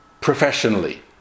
Professionally